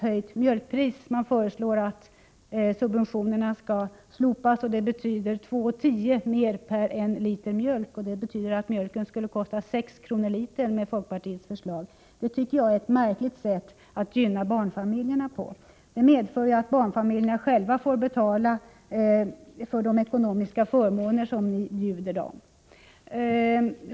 Om subventionerna slopas, betyder det två kronor och tio öre mer per liter mjölk, dvs. mjölken skulle kosta sex kronor litern med folkpartiets förslag. Det tycker jag är ett märkligt sätt att gynna barnfamiljerna! Det medför ju att barnfamiljerna själva får betala för de ekonomiska förmåner som ni bjuder dem.